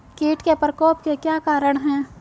कीट के प्रकोप के क्या कारण हैं?